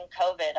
COVID